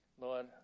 Lord